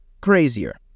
crazier